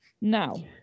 Now